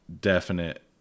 definite